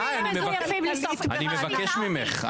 אני מבקש ממך,